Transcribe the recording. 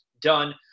done